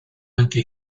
anche